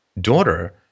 daughter